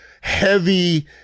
heavy